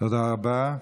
תודה רבה.